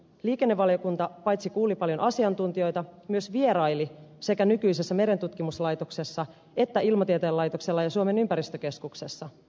liikennevaliokunta paitsi kuuli paljon asiantuntijoita myös vieraili sekä nykyisessä merentutkimuslaitoksessa että ilmatieteen laitoksessa ja suomen ympäristökeskuksessa